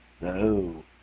No